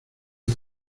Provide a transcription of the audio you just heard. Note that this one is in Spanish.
del